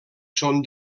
són